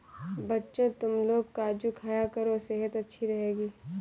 बच्चों, तुमलोग काजू खाया करो सेहत अच्छी रहेगी